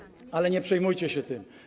Ale nie przejmujcie się tym.